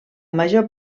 major